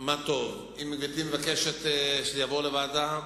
מה טוב, אם גברתי מבקשת שזה יעבור לוועדה,